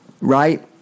right